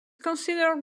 considered